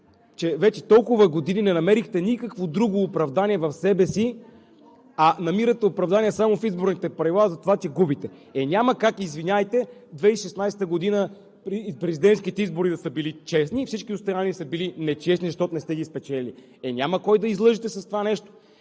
че вече толкова години не намерихте никакво друго оправдание в себе си, а намирате оправдание само в изборните правила за това, че губите. Е няма как, извинявайте, през 2016 г. президентските избори да са били честни, а всички останали да са били нечестни, защото не сте ги спечелили. Няма кой да излъжете с това нещо.